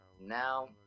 Now